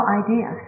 idea